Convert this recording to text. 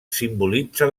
simbolitza